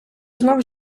знов